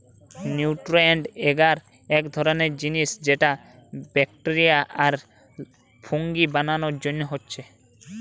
nutrient এগার এক ধরণের জিনিস যেটা ব্যাকটেরিয়া আর ফুঙ্গি বানানার জন্যে হচ্ছে